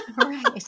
Right